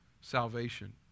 salvation